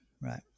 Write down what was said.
right